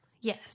Yes